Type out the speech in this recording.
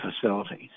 facilities